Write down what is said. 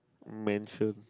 mansion